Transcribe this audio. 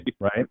right